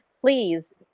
please